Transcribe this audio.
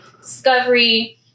Discovery